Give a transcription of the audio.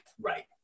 Right